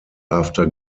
after